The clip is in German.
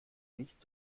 nicht